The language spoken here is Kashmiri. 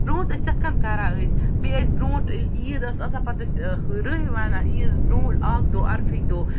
برونٛٹھ ٲسۍ تِتھ کَنہِ کران أسۍ بیٚیہِ ٲسۍ برونٛٹھ ییٚلہِ عیٖد ٲسۍ آسان پتہٕ ٲسۍ رہہ وَنان عیٖز برونٛہہ اَکھ دۄہ عرفٕکہِ دوہ